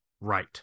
right